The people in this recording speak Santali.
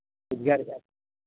ᱨᱳᱡᱽᱜᱟᱨᱮᱫᱟ